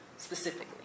Specifically